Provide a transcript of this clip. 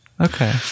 Okay